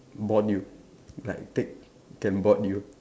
board you like take can board you